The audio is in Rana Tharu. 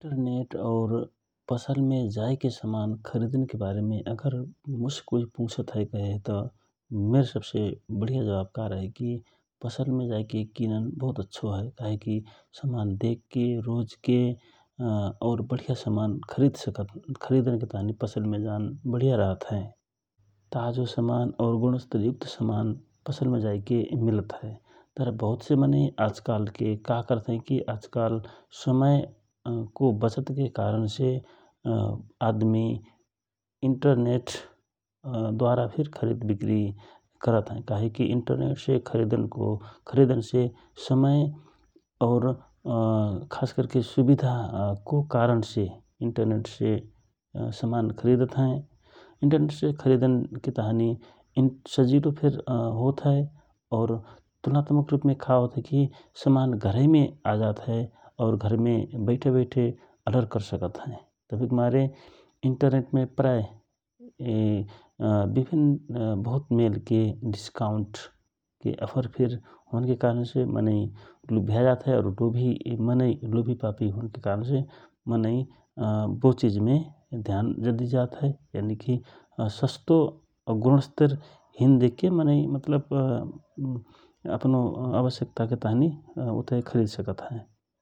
इन्टरनेट और पसलमे जाइके समान खरिदन के बारेम मोसे कोइ पुछत हए कयहए त मय सबसे पहिले बढिया जवाफ का रह्य कि पसल मे जाइके खरिदन समान देख के रोजके और वढिया समान खरिद सकत और पसलमे जाइके खरिदन वढिया रहत हए । ताजो समान और गुणस्तरयुक्त समान पसलमे जाइके मिलत हए । पर बहुत से मनै आज काल का करत हए कि आज काल समयको बचतके कारण से आदमी इन्टरनेट द्वारा फिर खरिविक्रि करत हए । काहेकि इन्टरनेटसे खरिदनसे समय और खासकरके सुविधाको कारणा से इन्टरनेटसे समान खरिदत हए । इन्टरनेटसे खरिदन के तहनि सजिलो फिर होत हए कि तुलनतमक रूपमे का होत हए कि समान घरै मे आजात हए । और घरमे बैठेबैठे अडर कर सकत हए । तबहिक मारे इन्टरनेटमे प्राय विभिन्न बहुत मेलकि डिस्काउन्ट अफरके होनके कारण मनै लुभ्या जात हए और लोभि पापि होनके कारणासे मनै बो चिजमे ध्यान जात हए सस्तो और गुणस्तर देखके मनै अपनो आवश्यक्ताके ताँहि खरिद सकत हए ।